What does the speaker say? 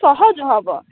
ସହଜ ହେବ